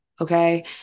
Okay